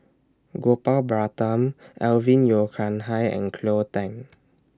Gopal Baratham Alvin Yeo Khirn Hai and Cleo Thang